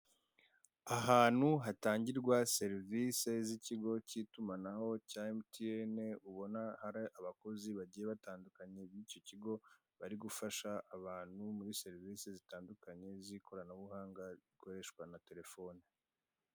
Ahantu hatangirwa serivise zikigo cyitumanaho cya MTM ubona hari abakozi bagiye batandukanye bicyo kigo, bari gufasha abantu muri serivise zitandukanye zikoranabuhanga rikoreshwa na telefone